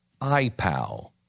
iPal